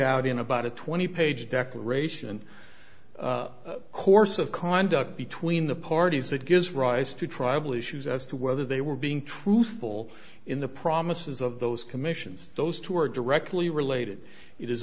out in about a twenty page declaration course of conduct between the parties that gives rise to tribal issues as to whether they were being truthful in the promises of those commissions those two are directly related it is